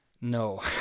no